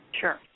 Sure